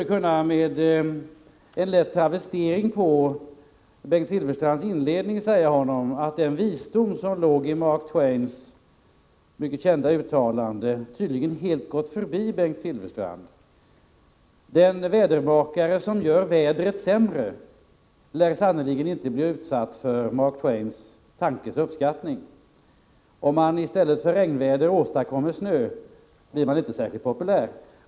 Jag skulle, med en lätt travestering av Bengt Silfverstrands inledning, kunna säga honom att den visdom som låg i Mark Twains mycket kända uttalande tydligen helt gått Bengt Silfverstrand förbi; den vädermakare som gör vädret sämre lär sannerligen inte bli föremål för Mark Twains uppskattning! Om man i stället för regnväder åstadkommer snö blir man inte särskilt populär.